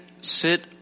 sit